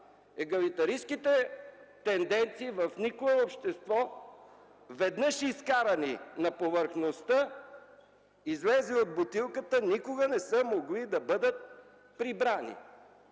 Егалитаристките тенденции в никое общество веднъж изкарани на повърхността, излезли от бутилката, никога не са могли да бъдат прибрани.